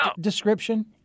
description